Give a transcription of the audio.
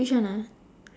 which one ah